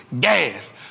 Gas